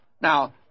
Now